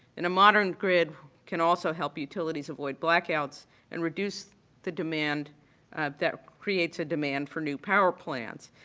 and a modern grid can also help utilities avoid blackouts and reduce the demand that creates a demand for new power plants.